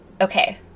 Okay